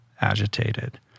agitated